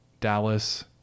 Dallas